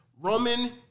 Roman